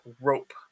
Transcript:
rope